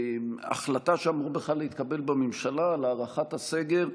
החלטה, שאמורה בכלל להתקבל בממשלה, על הארכת הסגר,